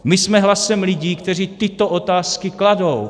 My jsme hlasem lidí, kteří tyto otázky kladou.